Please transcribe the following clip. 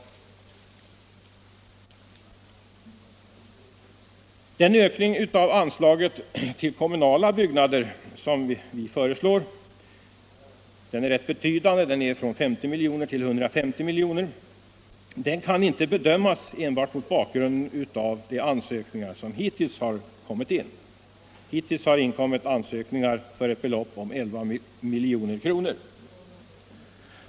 Den ökning av anslaget till kommunala byggnader som vi föreslår är rätt betydande, från 50 milj. till 150 milj.kr. Den kan dock inte bedömas mot bakgrund av de ansökningar som hittills kommit in. Dessa ansökningar avser ett belopp om ca 11 milj.kr.